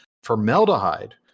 formaldehyde